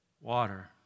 Water